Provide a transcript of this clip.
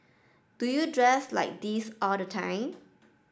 do you dress like this all the time